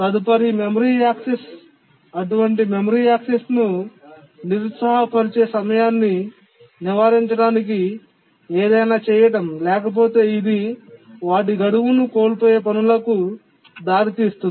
తదుపరి memory access అటువంటి memory access ను నిరుత్సాహపరిచే సమయాన్ని నివారించడానికి ఏదైనా చేయటం లేకపోతే ఇది వాటి గడువును కోల్పోయే పనులకు దారి తీస్తుంది